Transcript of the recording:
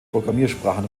programmiersprachen